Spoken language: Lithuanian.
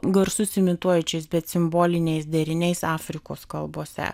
garsus imituojančiais bet simboliniais deriniais afrikos kalbose